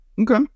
Okay